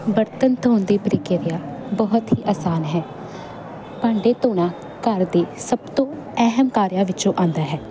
ਬਰਤਨ ਧੋਣ ਦੇ ਪ੍ਰਕਿਰਿਆ ਬਹੁਤ ਆਸਾਨ ਹੈ ਭਾਂਡੇ ਧੋਣਾ ਘਰ ਦੇ ਸਭ ਤੋਂ ਅਹਿਮ ਕਾਰਿਆਂ ਵਿੱਚੋਂ ਆਉਂਦਾ ਹੈ